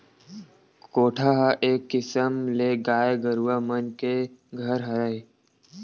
कोठा ह एक किसम ले गाय गरुवा मन के घर हरय